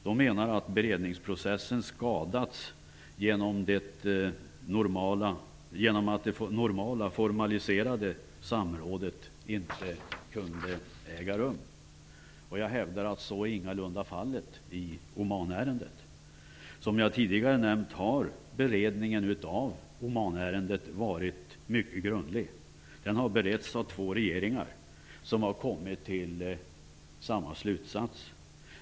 De menar att beredningsprocessen skadats genom att det normala formaliserade samrådet inte kunde äga rum. Jag hävdar att så ingalunda är fallet i Omanärendet. Som jag tidigare nämnt har beredningen av Omanärendet varit mycket grundlig. Den har beretts av två regeringar som har kommit till samma slutsats.